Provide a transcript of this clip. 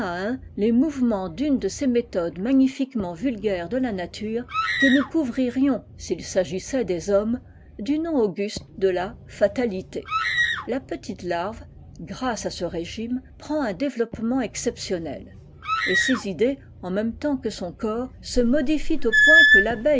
les mouvements d'une de ces méthodes magnifiquement vulgaires de la nature que nous couvririons s'il s'agissait des hommes du nom auguste de la fatalité la petite larve grâce à ce régime prend un développement exceptionnel et ses idées en même temps que son corps se modifient au point que